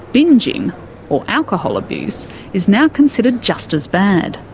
bingeing or alcohol abuse is now considered just as bad.